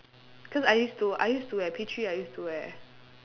cause I used to I used to at P three I used to wear